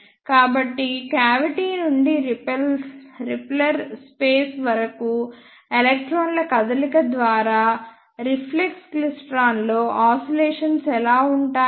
కాబట్టి క్యావిటీ నుండి repeller space వరకు ఎలక్ట్రాన్ల కదలిక ద్వారా రిఫ్లెక్స్ క్లైస్ట్రాన్లో ఆసిలేషన్స్ ఎలా ఉంటాయి